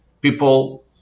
people